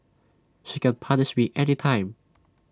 she can punish me anytime